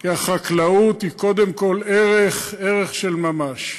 כי החקלאות היא קודם כול ערך, ערך של ממש,